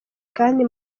kandi